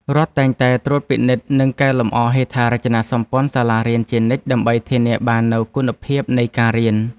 រដ្ឋតែងតែត្រួតពិនិត្យនិងកែលម្អហេដ្ឋារចនាសម្ព័ន្ធសាលារៀនជានិច្ចដើម្បីធានាបាននូវគុណភាពនៃការរៀន។